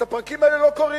את הפרקים האלה לא קוראים.